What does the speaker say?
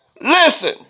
Listen